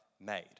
made